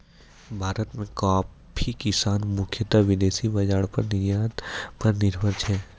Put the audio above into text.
भारत मॅ कॉफी किसान मुख्यतः विदेशी बाजार पर निर्यात पर निर्भर छै